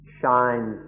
shines